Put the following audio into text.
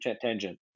tangent